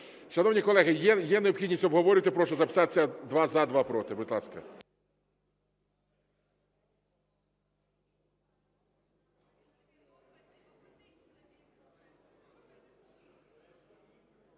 Шановні колеги, є необхідність обговорювати, прошу записатися два – за, два – проти, будь ласка.